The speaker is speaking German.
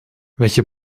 welche